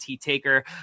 taker